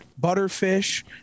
butterfish